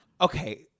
Okay